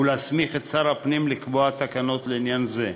ולהסמיך את שר הפנים לקבוע תקנות לעניין זה,